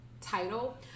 title